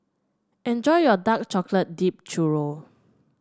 enjoy your Dark Chocolate Dipped Churro